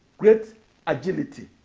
great agility,